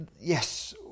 yes